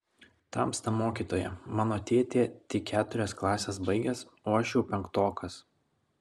tamsta mokytoja mano tėtė tik keturias klases baigęs o aš jau penktokas